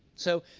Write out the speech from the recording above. so